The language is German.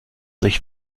sich